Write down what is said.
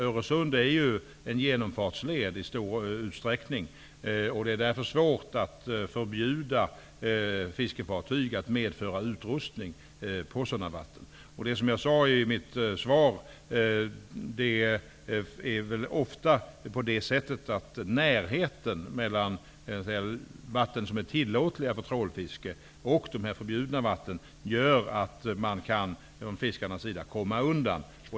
Öresund är ju i stor utsträckning en genomfartsled, och det är svårt att förbjuda fiskefartyg att medföra utrustning på sådana vatten. Som jag sade i mitt svar gör närheten mellan vatten som är tillåtna för trålfiske och förbjudna vatten att fiskarena kan komma undan.